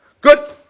Good